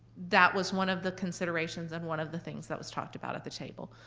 that was one of the considerations and one of the things that was talked about at the table.